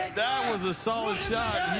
that was a solid shot